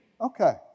Okay